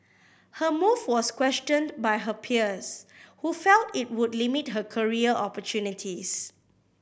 her move was questioned by her peers who felt it would limit her career opportunities